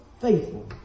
faithful